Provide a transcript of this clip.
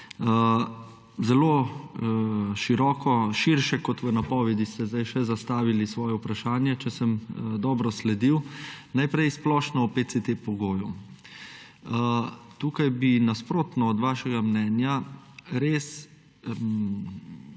širše kot v napovedi, ste zdaj še zastavili svoje vprašanje, če sem dobro sledil. Najprej splošno o PCT pogoju. Tukaj bi nasprotno od vašega mnenja res